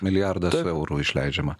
milijardas eurų išleidžiama